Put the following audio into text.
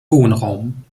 wohnraum